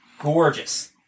gorgeous